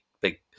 big